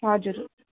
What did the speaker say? हजुर